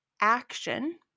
action